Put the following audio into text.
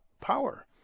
power